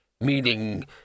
meaning